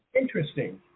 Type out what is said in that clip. Interesting